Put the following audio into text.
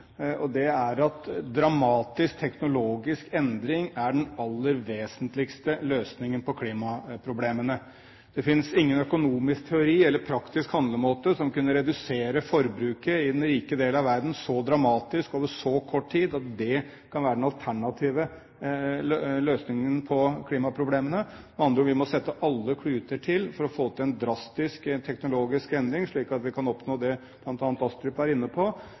og det er at dramatisk teknologisk endring er den aller vesentligste løsningen på klimaproblemene. Det finnes ingen økonomisk teori eller praktisk handlemåte som kan redusere forbruket i den rike del av verden så dramatisk over så kort tid at det kan være den alternative løsningen på klimaproblemene. Med andre ord: Vi må sette alle kluter til for å få til en drastisk teknologisk endring, slik at vi kan oppnå det bl.a. Astrup er inne på,